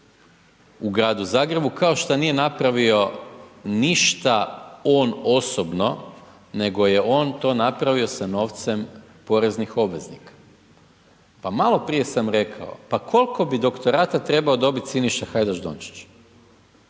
u Gradu Zagrebu, kao što nije napravio ništa on osobno, nego je on to napravio sa novcem poreznih obveznika. Pa maloprije sam rekao, pa koliko bi doktorata trebao dobiti Siniša Hajdaš Dončić?